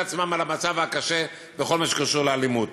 עצמם על המצב הקשה בכל מה שקשור לאלימות.